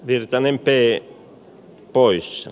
virtanen pee poissa